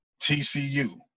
TCU